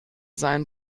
sein